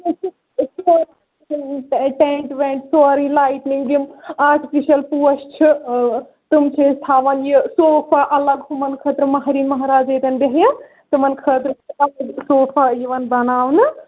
أسۍ چھِ tent vent سورُے لایِٹنِنٛگ یِم آٹِفِشَل پوش چھِ تم چھِ أسۍ تھاوان یہِ صوفَہ اَلگ ہُمَن خٲطرٕ مَہریٚن مَہراز ییٚتٮ۪ن بیٚہہِ تِمَن خٲطرٕ صوفَہ یِوان بَناونہٕ